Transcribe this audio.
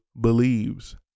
believes